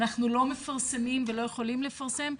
אנחנו לא מפרסמים ולא יכולים לפרסם,